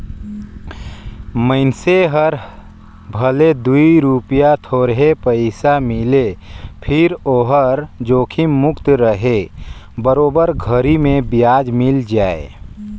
मइनसे हर भले दूई रूपिया थोरहे पइसा मिले फिर ओहर जोखिम मुक्त रहें बरोबर घरी मे बियाज मिल जाय